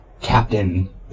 captain